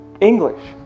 English